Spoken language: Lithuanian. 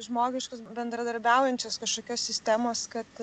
žmogiškos bendradarbiaujančios kažkokios sistemos kad